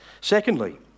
Secondly